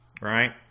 right